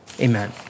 Amen